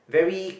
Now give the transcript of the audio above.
very